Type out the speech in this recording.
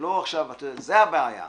זו הבעיה,